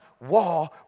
war